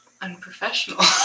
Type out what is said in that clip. unprofessional